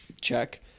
Check